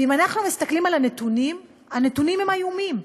ואם אנחנו מסתכלים על הנתונים, הנתונים הם איומים: